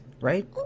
right